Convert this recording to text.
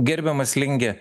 gerbiamas linge